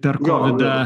per kovidą